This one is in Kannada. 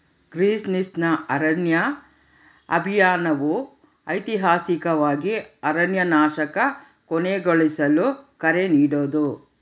ಗ್ರೀನ್ಪೀಸ್ನ ಅರಣ್ಯ ಅಭಿಯಾನವು ಐತಿಹಾಸಿಕವಾಗಿ ಅರಣ್ಯನಾಶನ ಕೊನೆಗೊಳಿಸಲು ಕರೆ ನೀಡೋದು